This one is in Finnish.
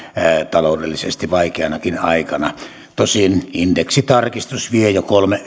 taloudellisesti vaikeanakin aikana tosin indeksitarkistus vie jo kolme